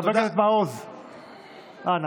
חבר הכנסת מעוז, אנא.